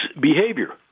behavior